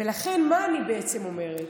ולכן, מה אני בעצם אומרת?